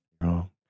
wrong